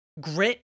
grit